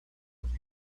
with